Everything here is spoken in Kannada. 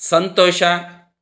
ಸಂತೋಷ